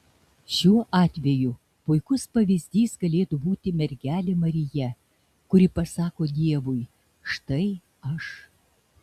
šiuo atveju puikus pavyzdys galėtų būti mergelė marija kuri pasako dievui štai aš